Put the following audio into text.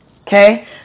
okay